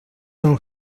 son